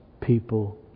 people